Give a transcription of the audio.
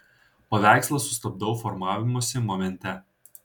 paveikslą sustabdau formavimosi momente